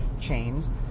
chains